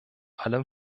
allem